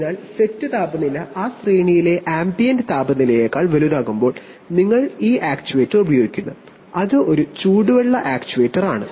അതിനാൽ സെറ്റ് താപനില ആ ശ്രേണിയിലെ ആംബിയന്റ് താപനിലയേക്കാൾ വലുതാകുമ്പോൾ നിങ്ങൾ ഈ ആക്യുവേറ്റർ ഉപയോഗിക്കുന്നു അത് ഒരു ചൂടുവെള്ള ആക്യുവേറ്ററാണ്